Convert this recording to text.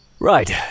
Right